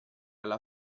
alla